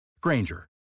Granger